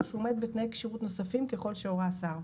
הוא עומד בתנאי כשירות נוספים, ככל שהורה השר.